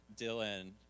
Dylan